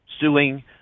suing